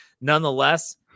Nonetheless